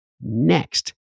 next